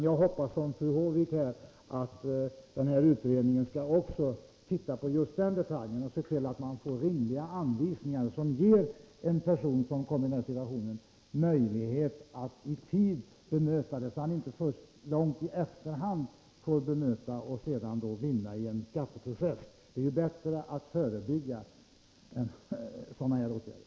Jag hoppas emellertid i likhet med fru Håvik att utredningen också skall studera den problematiken och se till att anvisningarna ger personer i den beskrivna situationen möjlighet bemöta de krav som ställs. Det får inte vara så att vederbörande först i efterhand får bemöta dem och vinna en skatteprocess. Det är bättre att vidta förebyggande åtgärder.